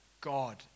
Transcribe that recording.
God